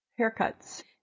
Haircuts